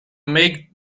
make